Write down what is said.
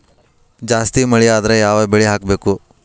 ಜಾಸ್ತಿ ಮಳಿ ಆದ್ರ ಯಾವ ಬೆಳಿ ಹಾಕಬೇಕು?